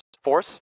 force